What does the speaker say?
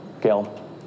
gail